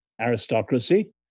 aristocracy